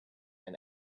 and